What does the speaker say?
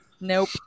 Nope